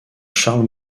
charles